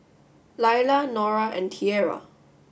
Laila Norah and Tierra